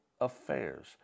affairs